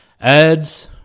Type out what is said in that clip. Ads